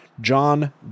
John